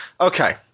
Okay